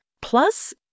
Plus